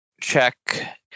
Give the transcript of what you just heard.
check